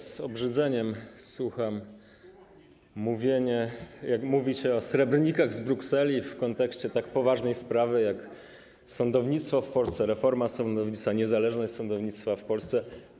Z obrzydzeniem słucham, jak mówi się o srebrnikach z Brukseli w kontekście tak poważnej sprawy jak sądownictwo, reforma sądownictwa, niezależność sądownictwa w Polsce.